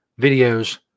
videos